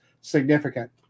significant